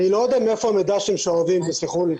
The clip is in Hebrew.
אני לא יודע מאיפה המידע שאתם שואבים, תסלחו לי.